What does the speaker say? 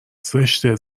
زشته